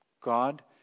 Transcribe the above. God